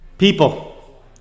People